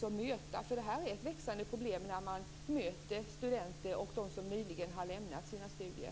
Att det här är ett växande problem hör man när man möter studenter och dem som nyligen har lämnat sina studier.